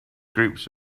groups